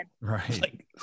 right